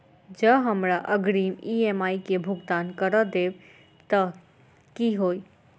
जँ हमरा अग्रिम ई.एम.आई केँ भुगतान करऽ देब तऽ कऽ होइ?